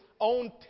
own